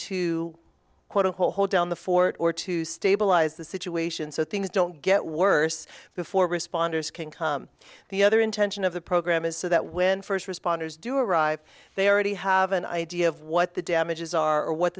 hold down the fort or to stabilize the situation so things don't get worse before responders can come the other intention of the program is so that when first responders do arrive they already have an idea of what the damages are what